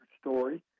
Story